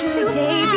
Today